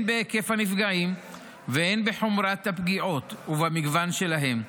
בהיקף הנפגעים והן בחומרת הפגיעות ובמגוון שלהן,